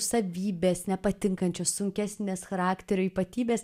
savybės nepatinkančios sunkesnės charakterio ypatybės